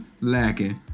lacking